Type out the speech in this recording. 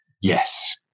Yes